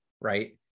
right